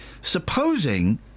Supposing